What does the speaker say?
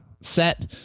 set